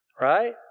Right